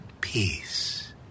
Peace